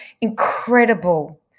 incredible